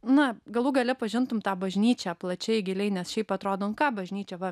na galų gale pažintum tą bažnyčią plačiai giliai nes šiaip atrodo nu ką bažnyčia va